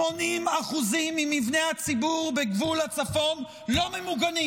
80% ממבני הציבור בגבול הצפון לא ממוגנים.